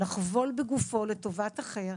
לחבול בגופו לטובת אחר.